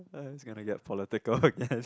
uh this is going to get political I guess